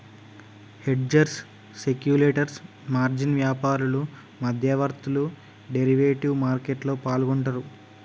hedgers, speculators, margin వ్యాపారులు, మధ్యవర్తులు derivative మార్కెట్లో పాల్గొంటరు